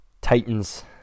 Titans